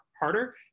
harder